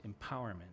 empowerment